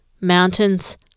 mountains